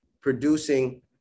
producing